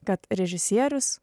kad režisierius